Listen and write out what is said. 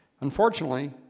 Unfortunately